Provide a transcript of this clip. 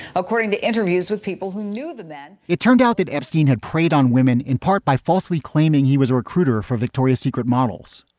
according to interviews with people who knew the man it turned out that epstein had preyed on women, in part by falsely claiming he was a recruiter for victoria's secret models.